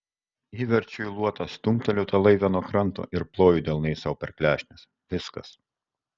įverčiu į luotą stumteliu tą laivę nuo kranto ir ploju delnais sau per klešnes viskas